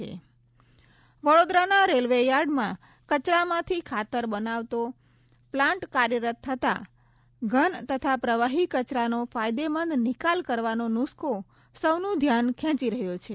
Vadodara railway ઘનકચરો વડોદરાના railway યાર્ડમાં કચરામાંથી ખાતર બનાવતો પ્લાન્ટ કાર્યરત થતાં ઘન તથા પ્રવાહી કચરાનો ફાયદેમંદ નિકાલ કરવાનો નુસખો સૌનું ધ્યાન ખેંચી રહ્યો છે